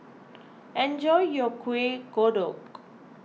enjoy your Kuih Kodok